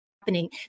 happening